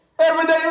everyday